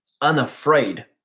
unafraid